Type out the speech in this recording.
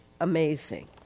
amazing